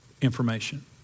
information